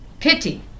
Pity